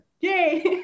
yay